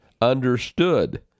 understood